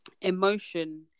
emotion